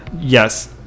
Yes